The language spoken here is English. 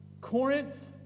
Corinth